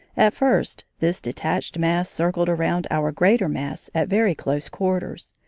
at first this detached mass circled around our greater mass at very close quarters,